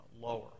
lower